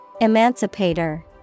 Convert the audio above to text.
Emancipator